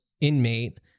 inmate